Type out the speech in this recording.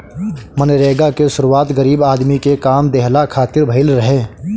मनरेगा के शुरुआत गरीब आदमी के काम देहला खातिर भइल रहे